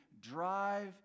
drive